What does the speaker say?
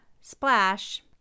Splash